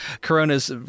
Corona's